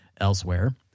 Elsewhere